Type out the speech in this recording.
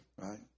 right